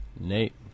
Nate